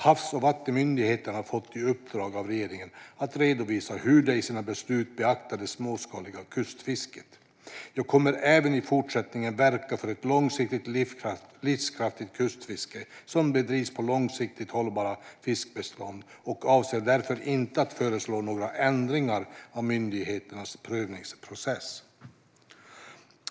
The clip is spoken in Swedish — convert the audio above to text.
Havs och vattenmyndigheten har fått i uppdrag av regeringen att redovisa hur de i sina beslut beaktar det småskaliga kustfisket. Jag kommer även i fortsättningen att verka för ett långsiktigt livskraftigt kustfiske som bedrivs på långsiktigt hållbara fiskbestånd och avser därför inte att föreslå några ändringar av myndigheternas prövningsprocess.